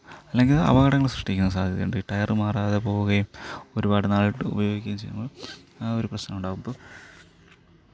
അല്ലെങ്കിൽ അപകടങ്ങൾ സൃഷ്ടിക്കാൻ സാധ്യതയുണ്ട് ടയറു മാറാതെ പോകുകയും ഒരുപാട് നാളിട്ട് ഉപയോഗിക്കുകയും ചെയ്യുമ്പോൾ ആ ഒരു പ്രശ്നം ഉണ്ടാവും ഇപ്പം